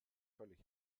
völlig